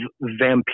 vampire